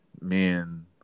men